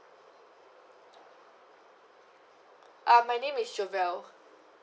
uh my name is jobelle